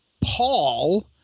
Paul